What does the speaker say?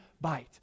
bite